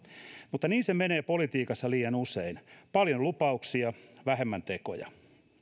mutta niin se menee politiikassa liian usein paljon lupauksia vähemmän tekoja